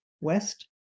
West